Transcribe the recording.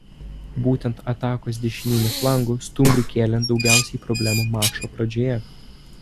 būtent atakos dešiniu flangu stumbrui kėlė daugiausiai problemų mačo pradžioje